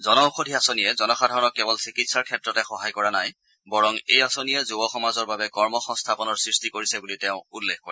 জন ঔষধি আঁচনিয়ে জনসাধাৰণক কেৱল চিকিৎসাৰ ক্ষেত্ৰতে সহায় কৰা নাই বৰং এই আঁচনিয়ে যুৱ সমাজৰ বাবে কৰ্ম সংস্থাপনৰ সৃষ্টি কৰিছে বুলি তেওঁ উল্লেখ কৰে